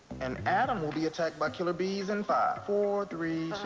and adam will be attacked by killer bees in five, four, three,